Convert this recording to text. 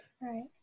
right